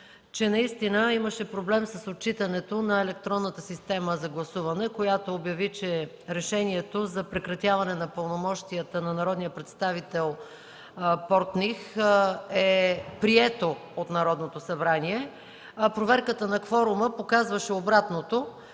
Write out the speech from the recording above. че наистина имаше проблем с отчитането на електронната система за гласуване, която обяви, че Решението за прекратяване на пълномощията на народния представител Портних е прието от Народното събрание, а проверката на кворума показваше обратното,